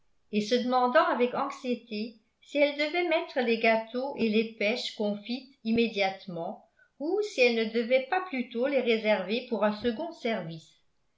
et se demandant avec anxiété si elle devait mettre les gâteaux et les pêches confites immédiatement ou si elle ne devait pas plutôt les réserver pour un second service